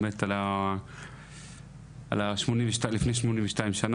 באמת על מה שקרה לפני 82 שנה,